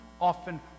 often